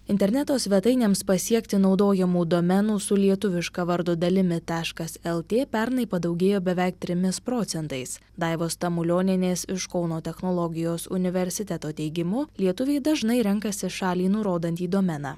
interneto svetainėms pasiekti naudojamų domenų su lietuviška vardo dalimi taškas lt pernai padaugėjo beveik trimis procentais daivos tamulionienės iš kauno technologijos universiteto teigimu lietuviai dažnai renkasi šalį nurodantį domeną